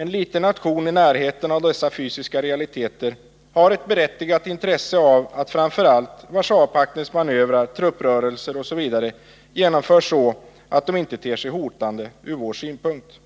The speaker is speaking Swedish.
En liten nation i närheten av dessa fysiska realiteter har ett berättigat intresse av att framför allt Warszawapaktens manövrar, trupprörelser osv. genomförs så, att de inte ter sig hotande ur vår synpunkt.